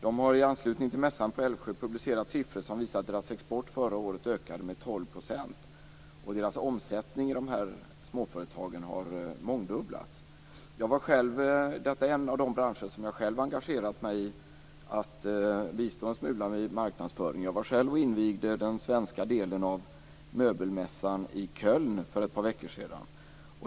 De har i anslutning till mässan i Älvsjö publicerat siffror som visar att exporten ökade förra året med 12 %. Omsättningen i småföretagen har mångdubblats. Detta är en av de branscher där jag själv har engagerat mig genom att bistå en smula i marknadsföringen. Jag var med och invigde den svenska delen av möbelmässan i Köln för ett par veckor sedan.